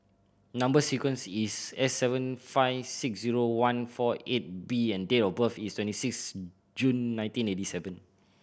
number sequence is S seven five six zero one four eight B and date of birth is twenty six June nineteen eighty seven